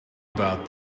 about